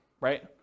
right